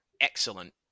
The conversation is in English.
Excellent